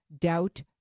doubt